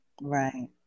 Right